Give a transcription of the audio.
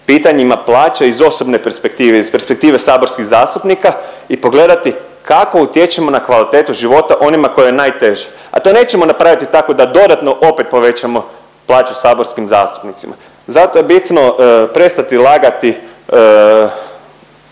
pitanjima plaća iz osobne perspektive, iz perspektive saborskih zastupnika i pogledati kako utječemo na kvalitetu života onima kojima je najteže, a to nećemo napraviti tako da dodatno opet povećamo plaću saborskim zastupnicima. Zato je bitno prestati lagati